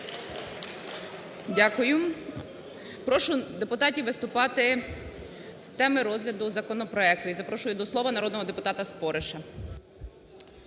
Дякую. Прошу депутатів виступати з теми розгляду законопроекту. І запрошую до слова народного депутата Спориша.